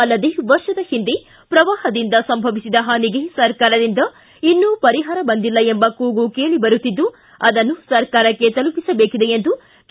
ಅಲ್ಲದೇ ವರ್ಷದ ಹಿಂದೆ ಪ್ರವಾಹದಿಂದ ಸಂಭವಿಸಿದ ಹಾನಿಗೆ ಸರ್ಕಾರದಿಂದ ಇನ್ನೂ ಪರಿಹಾರ ಬಂದಿಲ್ಲ ಎಂಬ ಕೂಗು ಕೇಳಿಬರುತ್ತಿದ್ದು ಅದನ್ನು ಸರ್ಕಾರಕ್ಕೆ ತಲುಪಿಸಬೇಕಿದೆ ಎಂದು ಕೆ